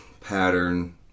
pattern